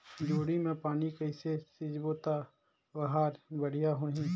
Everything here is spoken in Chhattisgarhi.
जोणी मा पानी ला कइसे सिंचबो ता ओहार बेडिया होही?